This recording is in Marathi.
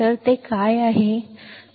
तर ते काय आहे